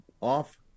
off